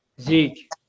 Zeke